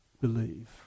believe